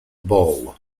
ball